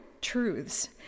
truths